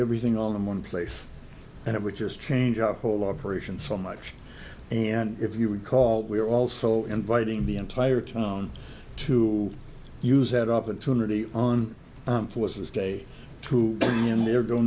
everything all in one place and it would just change our whole operation so much and if you recall we are also inviting the entire town to use that opportunity on forces day to day and we're going